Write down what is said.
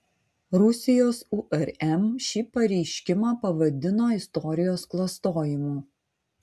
rusijos urm šį pareiškimą pavadino istorijos klastojimu